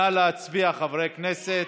נא להצביע, חברי הכנסת.